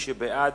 מי שבעד,